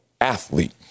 athlete